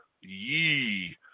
Yee